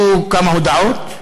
יהיו כמה הודעות,